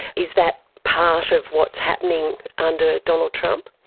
is that part of what's happening under donald trump?